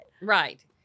Right